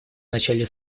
начале